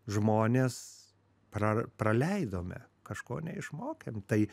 žmonės prar praleidome kažko neišmokėm tai